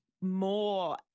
more